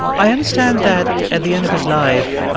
i understand that, at the end of his life,